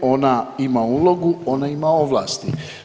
Ona ima ulogu, ona ima ovlasti.